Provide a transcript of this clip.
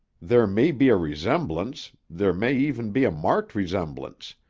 there may be a resemblance, there may even be a marked resemblance,